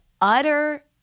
utter